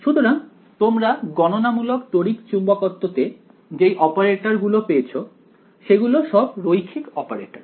সুতরাং তোমরা গণনামূলক তড়িচ্চুম্বকত্ব তে যেই অপারেটর গুলো পেয়েছ সেগুলো সব রৈখিক অপারেটর